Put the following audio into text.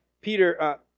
Peter